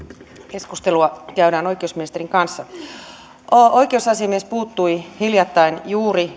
keskustelua käydään oikeusministerin kanssa oikeusasiamies puuttui hiljattain juuri